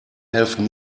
helfen